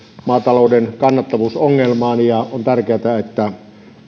maatalouden kannattavuusongelmaan ja on tärkeätä että